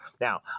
Now